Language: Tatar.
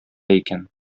икән